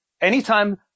Anytime